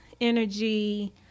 energy